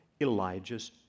Elijah's